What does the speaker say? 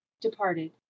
departed